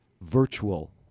virtual